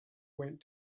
went